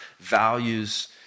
values